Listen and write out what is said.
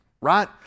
right